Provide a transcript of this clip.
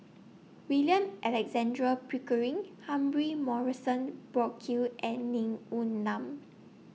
William Alexander Pickering Humphrey Morrison Burkill and Ning Woon Lam